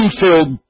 filled